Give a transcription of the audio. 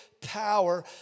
power